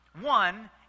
One